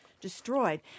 destroyed